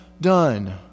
done